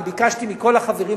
אני ביקשתי מכל החברים,